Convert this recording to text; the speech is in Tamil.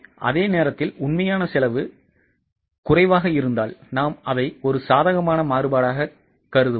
அதே நேரத்தில் உண்மையான செலவு குறைவாக இருந்தால் நாம் அதை ஒரு சாதகமான மாறுபாடாக கருதுவோம்